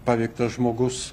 paveiktas žmogus